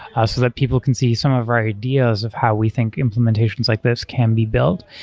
ah so that people can see some of our ideas of how we think implementations like this can be built.